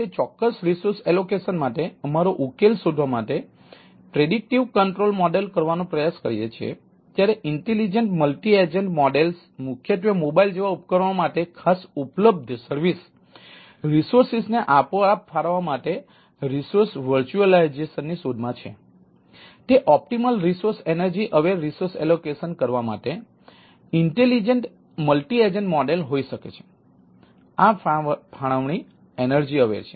તેથી તે optimal resource energy aware resource allocation છે